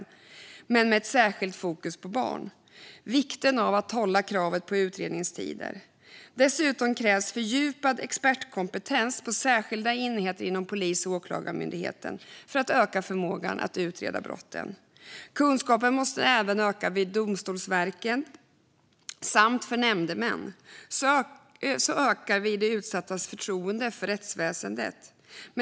Men det ska vara ett särskilt fokus på barn. Det är viktigt att hålla kravet på utredningstider. Dessutom krävs fördjupad expertkompetens på särskilda enheter inom polisen och Åklagarmyndigheten för att öka förmågan att utreda brotten. Kunskapen måste även öka vid Domstolsverket samt hos nämndemän. Så ökar vi de utsattas förtroende för rättsväsendet.